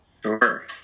Sure